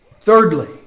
Thirdly